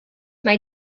mae